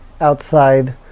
outside